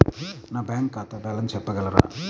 నా బ్యాంక్ ఖాతా బ్యాలెన్స్ చెప్పగలరా?